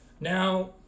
Now